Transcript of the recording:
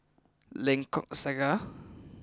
Lengkok Saga